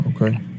Okay